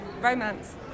romance